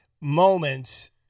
moments